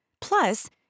Plus